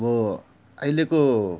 अब अहिलेको